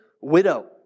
widow